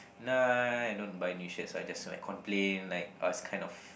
nah I don't buy new shirts I just like complain like !ugh! it's kind of